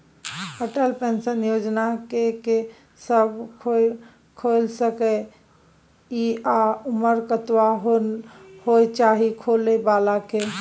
Atal pension योजना के के सब खोइल सके इ आ उमर कतबा होय चाही खोलै बला के?